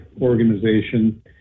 organization